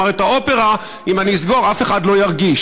הוא אמר: את האופרה אם אני אסגור אף אחד לא ירגיש,